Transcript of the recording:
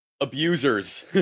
Abusers